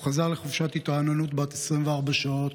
הוא חזר לחופשת התרעננות בת 24 שעות.